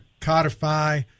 codify